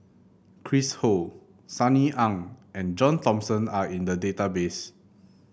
Chris Ho Sunny Ang and John Thomson are in the database